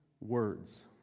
words